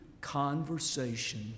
conversation